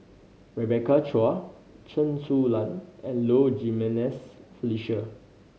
Rebecca Chua Chen Su Lan and Low Jimenez Felicia